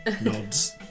Nods